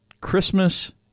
Christmas